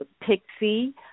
Pixie